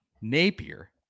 napier